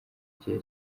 gihe